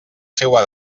seua